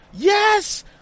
Yes